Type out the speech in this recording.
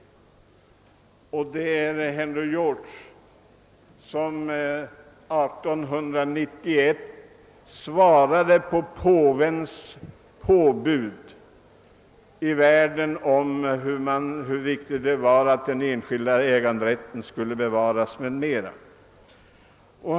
Det är en bok av Henry George som 1891 svarade på påvens påbud om hur viktigt det var att den enskilda äganderätten bevarades.